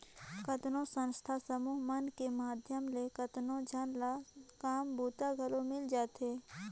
कतको संस्था समूह मन के माध्यम ले केतनो झन ल काम बूता घलो मिल जाथे